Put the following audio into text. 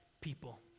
people